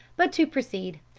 but to proceed.